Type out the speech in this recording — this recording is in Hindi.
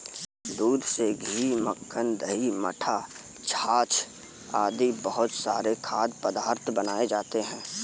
दूध से घी, मक्खन, दही, मट्ठा, छाछ आदि बहुत सारे खाद्य पदार्थ बनाए जाते हैं